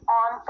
on